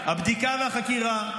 -- הבדיקה והחקירה.